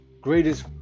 greatest